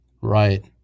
Right